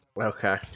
okay